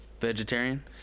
vegetarian